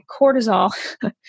cortisol